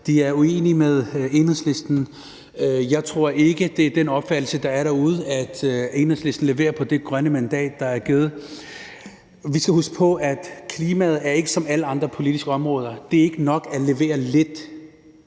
er uenige med Enhedslisten. Jeg tror ikke, det er den opfattelse, der er derude, at Enhedslisten leverer på det grønne mandat, der er givet. Vi skal huske på, at klimaet ikke er som alle andre politiske områder. Det er ikke nok at levere lidt;